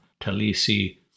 Talisi